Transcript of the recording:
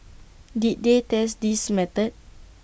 did they test this method